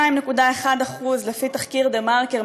לפי תחקיר דה-מרקר,